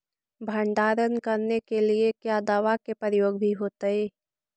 भंडारन करने के लिय क्या दाबा के प्रयोग भी होयतय?